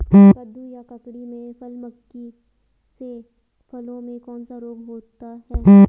कद्दू या ककड़ी में फल मक्खी से फलों में कौन सा रोग होता है?